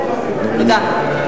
תודה.